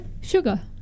Sugar